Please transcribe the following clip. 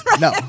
No